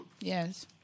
yes